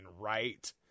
right